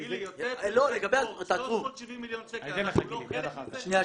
תגיד לי, 370 מיליון שקל, אנחנו לא חלק מזה?